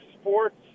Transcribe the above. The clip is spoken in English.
sports